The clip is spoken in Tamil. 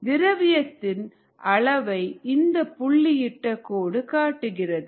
திரவியத்தின் அளவை இந்த புள்ளியிட்ட கோடு குறிக்கிறது